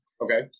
Okay